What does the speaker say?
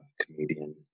comedian